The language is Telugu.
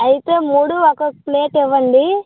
అయితే మూడు ఒక్కొక్క ప్లేట్ ఇవ్వండి